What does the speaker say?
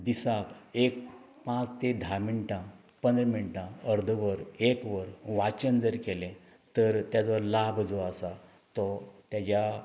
दिसाक एक पांच ते धा मिनटां पंदरा मिनटां अर्द वर एक वर वाचन जर केलें तर तेजो लाभ जो आसा तो तेज्या